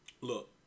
look